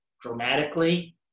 dramatically